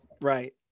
Right